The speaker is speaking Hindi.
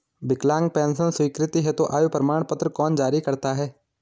विकलांग पेंशन स्वीकृति हेतु आय प्रमाण पत्र कौन जारी करता है?